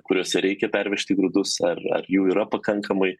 kuriuose reikia pervežti grūdus ar ar jų yra pakankamai